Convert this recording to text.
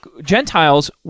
Gentiles